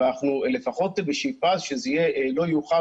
אבל אנחנו לפחות בשאיפה שזה יהיה לא יאוחר